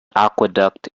aqueduct